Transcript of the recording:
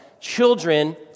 children